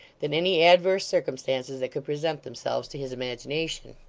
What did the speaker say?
than any adverse circumstances that could present themselves to his imagination.